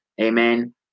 Amen